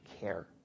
care